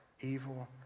evil